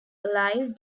allies